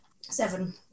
Seven